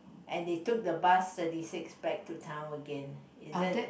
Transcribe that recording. and they took the bus thirty six back to town again is it